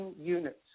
units